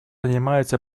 занимается